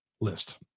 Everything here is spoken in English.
list